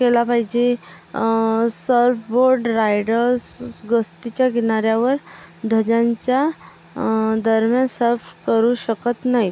केला पाहिजे surf board riders गस्तीच्या किनाऱ्यावर ध्वजांच्या दरम्यान सर्फ करू शकत नाहीत